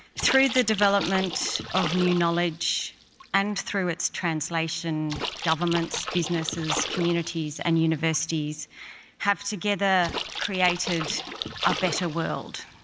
through the development of new knowledge and through its translation, governments, businesses, communities and universities have together created a better world,